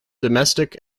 domestic